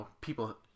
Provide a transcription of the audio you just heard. people